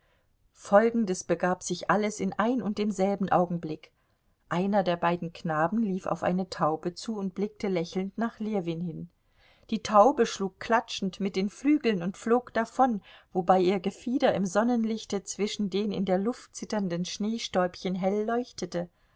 folgendes begab sich alles in ein und demselben augenblick einer der beiden knaben lief auf eine taube zu und blickte lächelnd nach ljewin hin die taube schlug klatschend mit den flügeln und flog davon wobei ihr gefieder im sonnenlichte zwischen den in der luft zitternden schneestäubchen hell leuchtete